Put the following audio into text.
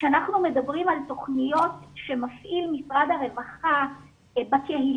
כשאנחנו מדברים על תוכניות שמפעיל משרד הרווחה בקהילה,